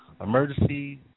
emergency